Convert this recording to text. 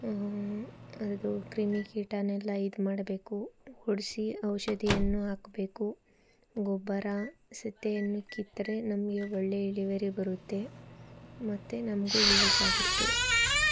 ಅದು ಕ್ರಿಮಿಕೀಟನೆಲ್ಲ ಇದು ಮಾಡಬೇಕು ಹೊಡಿಸಿ ಔಷಧಿಯನ್ನು ಹಾಕಬೇಕು ಗೊಬ್ಬರ ಸಿತೆಯನ್ನು ಕಿತ್ತರೆ ನಮಗೆ ಒಳ್ಳೆಯ ಇಳುವರಿ ಬರುತ್ತೆ ಮತ್ತೆ ನಮಗೂ ಯೂಸ್ ಆಗುತ್ತೆ